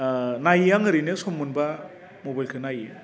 नाइयो आं ओरैनो सम मोनबा मबेलखौ नाइयो